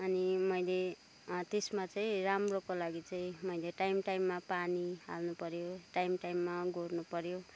अनि मैले त्यसमा चाहिँ राम्रोको लागि चाहिँ मैले टाइम टाइममा पानी हाल्नुपऱ्यो टाइम टाइममा गोड्नुपऱ्यो